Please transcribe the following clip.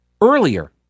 earlier